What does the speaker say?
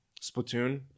Splatoon